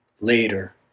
Later